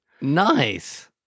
nice